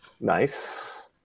Nice